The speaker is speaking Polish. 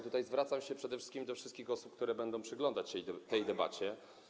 Tutaj zwracam się przede wszystkim do wszystkich osób, które będą przyglądać się tej debacie.